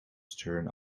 stern